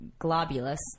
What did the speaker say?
globulous